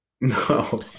No